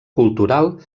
cultural